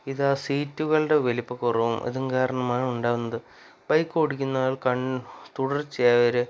ഇത് ആ സീറ്റുകളുടെ വലിപ്പ കുറവും ഇതും കാരണമാണ് ഉണ്ടാകുന്നത് ബൈക്ക് ഓടിക്കുന്ന ആൾ കൺ തുടർച്ചയായി ഒരു